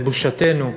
לבושתנו,